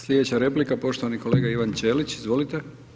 Sljedeća replika, poštovani kolega Ivan Ćelić, izvolite.